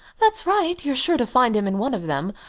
that's right you're sure to find him in one of them.